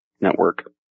network